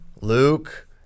Luke